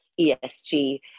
ESG